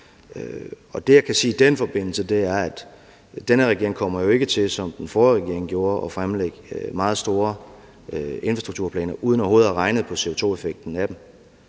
Det, jeg kan sige i den forbindelse, er, at den her regering jo ikke, som den forrige regering gjorde, kommer til at fremlægge meget store infrastrukturplaner uden overhovedet at have regnet på CO2-effekten af dem.